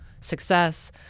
success